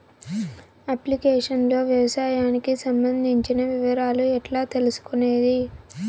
Application లో వ్యవసాయానికి సంబంధించిన వివరాలు ఎట్లా తెలుసుకొనేది?